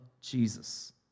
Jesus